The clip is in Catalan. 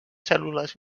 cèl·lules